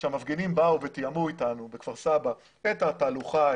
כאשר המפגינים באו ותיאמו אתנו בכפר סבא את התהלוכה,